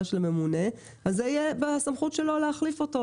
של הממונה - זה בסמכותו להחליף אותו.